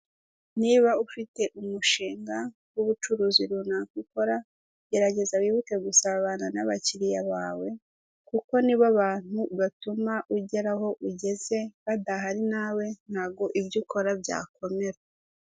Niba ufite umushinga w'ubucuruzi runaka ukora gerageza wibuke gusabana n'abakiriya bawe kuko nibo bantu batuma ugera aho ugeze, badahari nawe ntago ibyo ukora byakomera.